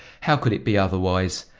how could it be otherwise?